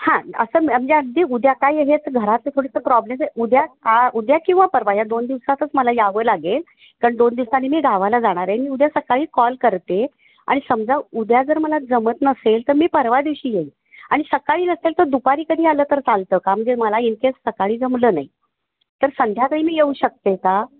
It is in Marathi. हां असं म्हणजे अगदी उद्या काय आहे हेच घरात थोडंसं प्रॉब्लेम आहे उद्या आ उद्या किंवा परवा या दोन दिवसातच मला यावं लागेल कारण दोन दिवसांनी मी गावाला जाणार आहे मी उद्या सकाळी कॉल करते आणि समजा उद्या जर मला जमत नसेल तर मी परवा दिवशी येईल आणि सकाळी नसेल तर दुपारी कधी आलं तर चालतं का म्हणजे मला इन केस सकाळी जमलं नाही तर संध्याकाळी मी येऊ शकते का